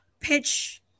pitch